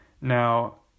now